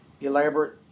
elaborate